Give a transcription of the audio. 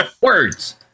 Words